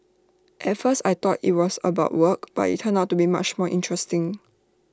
at first I thought IT was about work but IT turned out to be much more interesting